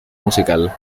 musical